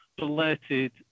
Related